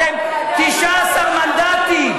אתם 19 מנדטים.